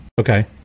Okay